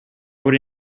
would